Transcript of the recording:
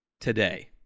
Today